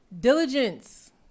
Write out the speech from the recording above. diligence